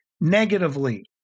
negatively